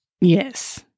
Yes